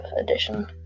edition